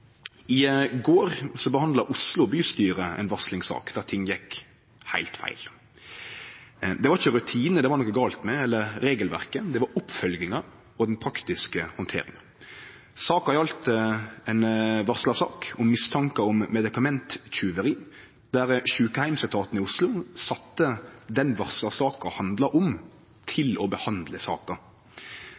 I går behandla Oslo bystyre ei varslingssak der ting gjekk heilt feil. Det var ikkje rutinane det var noko gale med, heller ikkje regelverket. Det var oppfølginga og den praktiske handteringa. Saka gjaldt ei varslarsak om mistankar om medikamenttjuveri, der sjukeheimsetaten i Oslo sette den varslarsaka handla om, til å behandle saka